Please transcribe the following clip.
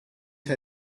her